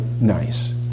nice